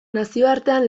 nazioartean